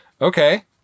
okay